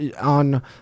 on